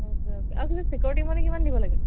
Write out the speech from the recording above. okay okay আৰু কিবা চিকিউৰিটীৰ মানি কিমান দিব লাগে